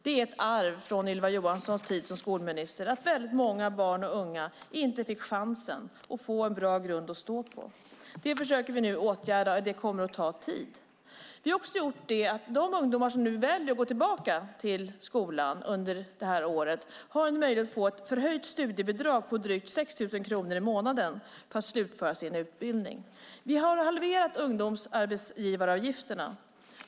Det är ett arv från Ylva Johanssons tid som skolminister att väldigt många barn och unga inte fick chansen att få en bra grund att stå på. Det försöker vi nu åtgärda, och det kommer att ta tid. De ungdomar som väljer att gå tillbaka till skolan under det här året har möjlighet att få ett höjt studiebidrag på drygt 6 000 kronor i månaden för att slutföra sin utbildning. Vi har halverat arbetsgivaravgifterna för ungdomar.